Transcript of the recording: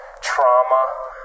trauma